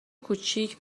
کوچیک